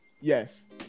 Yes